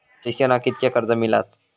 शिक्षणाक कीतक्या कर्ज मिलात?